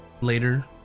later